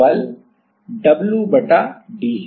तो बल w बटा d है